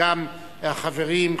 וגם החברים,